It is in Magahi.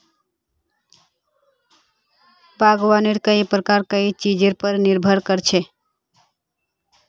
बागवानीर कई प्रकार कई चीजेर पर निर्भर कर छे